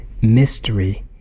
mystery